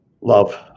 love